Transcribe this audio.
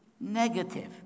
negative